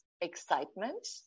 excitement